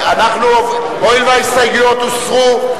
הואיל וההסתייגויות הוסרו,